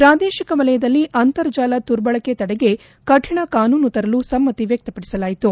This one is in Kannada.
ಪ್ರಾದೇಶಿಕ ವಲಯದಲ್ಲಿ ಅಂತರ್ಜಾಲ ದುರ್ಬಳಕೆ ತಡೆಗೆ ಕಠಿಣ ಕಾನೂನು ತರಲು ಸಮ್ನತಿ ವ್ಚಕ್ತ ಪಡಿಸಿತು